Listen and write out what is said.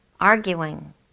arguing